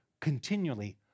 continually